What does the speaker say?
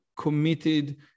committed